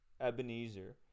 ebenezer